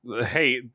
hey